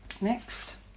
Next